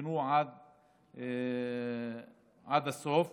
נבחנו עד הסוף.